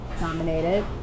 nominated